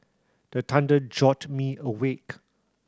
the thunder jolt me awake